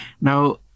Now